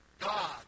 God